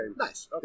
Nice